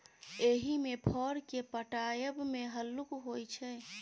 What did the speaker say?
एहिमे फर केँ पटाएब मे हल्लुक होइ छै